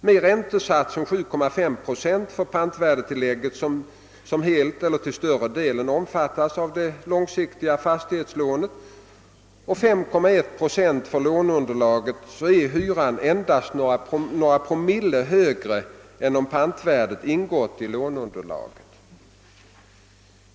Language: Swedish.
Med räntesatsen 7,5 procent för pantvärdetillägg, som helt eller till större delen omfattas av det långfristiga fastighetslånet, och 5,1 procent för låneunderlaget är hyran endast några promille högre än om pantvärdetilläggen ingått i låneunderlaget.